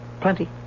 Plenty